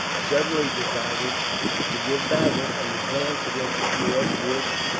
suddenly decided to give battle, and advanced against the force which,